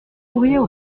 souriaient